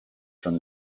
from